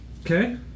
Okay